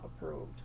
approved